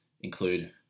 include